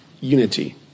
Unity